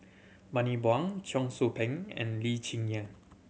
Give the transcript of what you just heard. Bani Buang Cheong Soo Pieng and Lee Cheng Yan